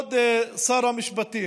כבוד שר המשפטים,